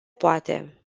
poate